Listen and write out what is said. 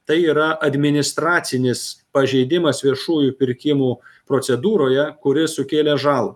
tai yra administracinis pažeidimas viešųjų pirkimų procedūroje kuris sukėlė žalą